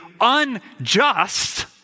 unjust